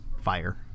fire